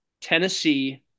Tennessee